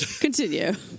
continue